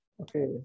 Okay